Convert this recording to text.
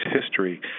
history